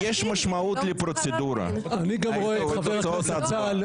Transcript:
אני לא מצליחה להבין.